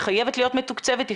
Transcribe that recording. היא חייבת להיות מתוקצבת,